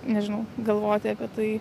nežinau galvoti apie tai